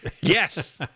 Yes